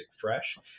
fresh